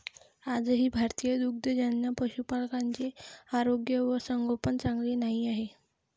आजही भारतीय दुग्धजन्य पशुपालकांचे आरोग्य व संगोपन चांगले नाही आहे